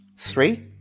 Three